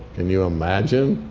and you imagine?